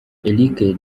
eric